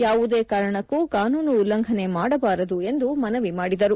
ಯಾವುದೇ ಕಾರಣಕ್ಕೂ ಕಾನೂನು ಉಲ್ಲಂಘನೆ ಮಾಡಬಾರದು ಎಂದು ಮನವಿ ಮಾಡಿದರು